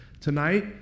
Tonight